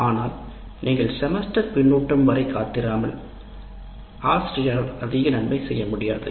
ஆனால் நீங்கள் செமஸ்டர் பின்னூட்டம் வரை காத்திருந்தால் ஆசிரியரால் அதிக நன்மை செய்ய முடியாது